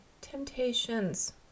temptations